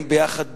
חיים ביחד בלוד,